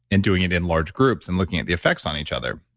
and doing it in large groups and looking at the effects on each other.